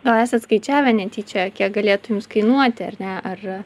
gal esat skaičiavę netyčia kiek galėtų jums kainuoti ar ne ar